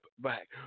back